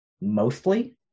mostly